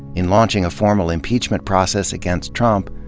in launching a formal impeachment process against trump,